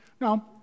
No